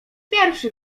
pierwszy